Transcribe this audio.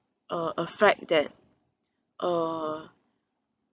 uh a fact that uh